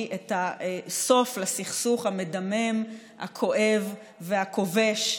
את הסוף לסכסוך המדמם הכואב והכובש,